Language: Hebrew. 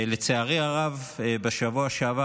לצערי הרב, בשבוע שעבר